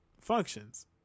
functions